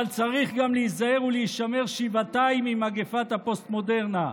אבל צריך גם להיזהר ולהישמר שבעתיים ממגפת הפוסט-מודרנה.